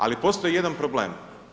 Ali postoji jedan problem.